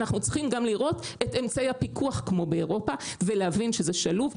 אנחנו צריכים גם לראות את אמצעי הפיקוח כמו באירופה ולהבין שזה שלוב.